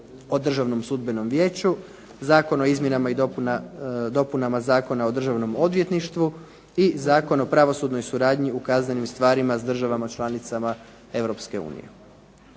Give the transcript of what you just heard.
o Državnom sudbenom vijeću, Zakon o izmjenama i dopunama Zakona o državnom odvjetništvu i Zakon o pravosudnoj suradnji u kaznenim stvarima s državama članicama